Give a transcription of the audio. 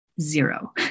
zero